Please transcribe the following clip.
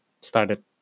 started